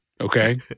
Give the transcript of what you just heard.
Okay